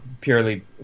purely